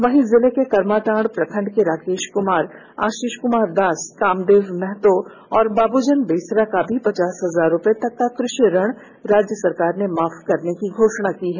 वहीं जिले के कर्माटांड प्रखंड के राकेश कुमार आशीष कुमार दास कामदेव महतो एवं बाबूजन बेसरा का भी पचास हजार रूपये तक का कृषि ऋण राज्य सरकार ने माफ करने की घोषणा की है